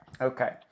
Okay